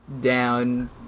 Down